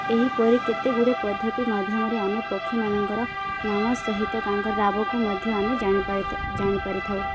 ଏହିପରି କେତେ ଗୁଡ଼ିଏ ପଦ୍ଧତି ମାଧ୍ୟମରେ ଆମେ ପକ୍ଷୀମାନଙ୍କର ନାମ ସହିତ ତାଙ୍କର ରାବକୁ ମଧ୍ୟ ଆମେ ଜାଣିପାର ଜାଣିପାରିଥାଉ